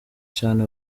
cane